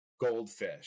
goldfish